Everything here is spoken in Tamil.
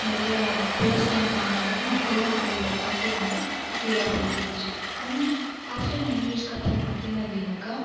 நிறையா விவசாயம் பண்ணாங்க மக்களும் அவங்களோடய வாழ்க்கை வந்து சீராக போயிட்டுருந்துச்சு ஆனால் ஆஃப்டர் நைன் இயர்சுக்கு அப்புறம் பார்த்தீங்க அப்படின்னாக்கா